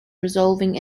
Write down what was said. resolving